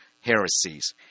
heresies